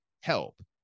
help